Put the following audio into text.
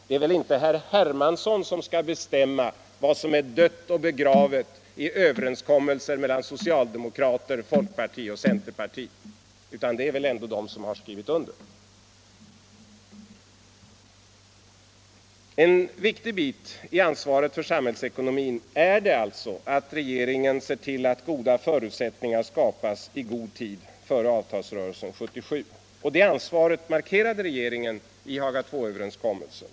Det är väl inte herr Hermansson som skall bestämma vad som är dött och begravet i överenskommelser mellan socialdemokraterna, folkpartiet och centerpartiet, utan det är ändå de som har skrivit under. En viktig bit av ansvaret för samhällsekonomin är det alltså att regeringen ser till att bra förutsättningar skapas i god tid före avtalsrörelsen 1977. Det ansvaret markerade regeringen i Haga Il-överenskommelsen.